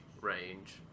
range